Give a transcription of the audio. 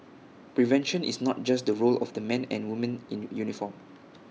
prevention is not just the role of the men and women in uniform